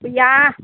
गैया